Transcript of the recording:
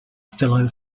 fellow